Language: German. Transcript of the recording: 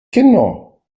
kinder